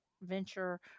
venture